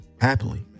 happily